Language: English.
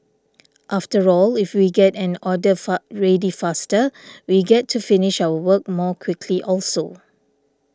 after all if we get an order fast ready faster we get to finish our work more quickly also